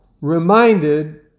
reminded